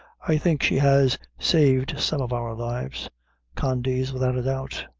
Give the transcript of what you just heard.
i think she has saved some of our lives condy's without a doubt.